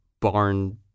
barn